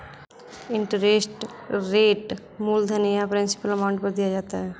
interest rate मूलधन या principal amount पर दिया जाता है